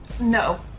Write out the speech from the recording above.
No